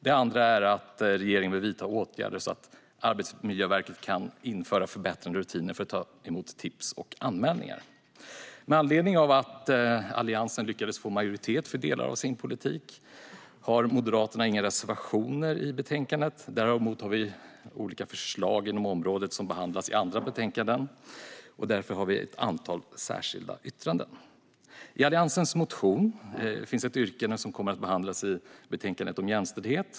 Det andra är att regeringen bör vidta åtgärder så att Arbetsmiljöverket kan införa förbättrade rutiner för att ta emot tips och anmälningar. Med anledning av att Alliansen lyckades få majoritet för delar av sin politik har Moderaterna inga reservationer i betänkandet. Däremot har vi olika förslag inom området som behandlas i andra betänkanden, och därför har vi ett antal särskilda yttranden. I Alliansens motion finns ett yrkande som kommer att behandlas i betänkandet om jämställdhet.